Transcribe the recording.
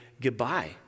goodbye